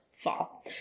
fall